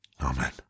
Amen